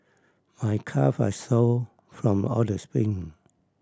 I calve are sore from all the sprint